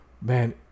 man